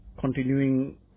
continuing